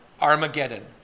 Armageddon